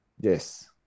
Yes